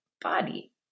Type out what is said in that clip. body